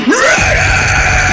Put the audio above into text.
ready